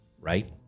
right